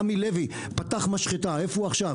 רמי לוי פתח משחטה, איפה הוא עכשיו?